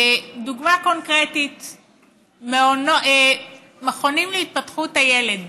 דוגמה קונקרטית: מכונים להתפתחות הילד.